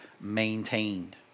maintained